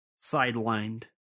sidelined